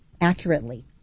accurately